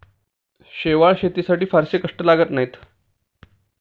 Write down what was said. शेवाळं शेतीसाठी फारसे कष्ट लागत नाहीत